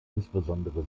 insbesondere